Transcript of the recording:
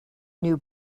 new